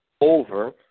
over